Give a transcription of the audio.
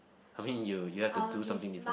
I mean you you have to do something different